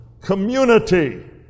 Community